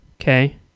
okay